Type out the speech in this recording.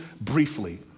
briefly